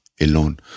alone